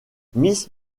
miss